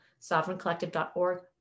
sovereigncollective.org